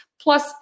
plus